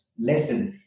lesson